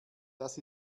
das